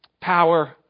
Power